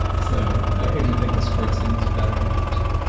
so i do think the sports team is a better analogy